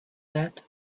that